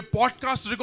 podcast